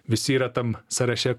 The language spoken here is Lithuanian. visi yra tam sąraše